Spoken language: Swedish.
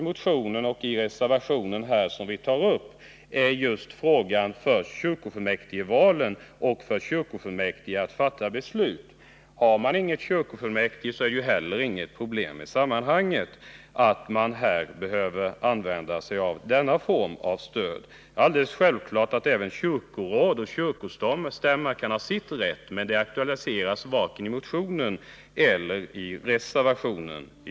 Motionen och reservationen gäller just kyrkofullmäktigvalen och kyrkofullmäktiges möjligheter att fatta beslut. Har man inte några kyrkofullmäktige så behöver man ju inte heller denna form av stöd. Det är alldeles självklart att även kyrkoråd och kyrkostämma kan tänkas behöva få denna rätt, men den frågan aktualiseras varken i motionen eller i reservationen.